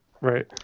right